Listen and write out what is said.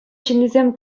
ҫыннисем